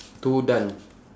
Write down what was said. two done